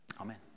Amen